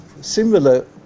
similar